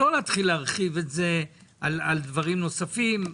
לא להתחיל להרחיב את זה על דברים נוספים.